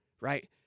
right